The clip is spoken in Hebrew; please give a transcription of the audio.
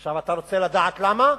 עכשיו, אתה רוצה לדעת למה?